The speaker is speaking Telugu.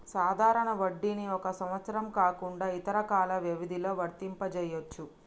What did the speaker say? సాధారణ వడ్డీని ఒక సంవత్సరం కాకుండా ఇతర కాల వ్యవధిలో వర్తింపజెయ్యొచ్చు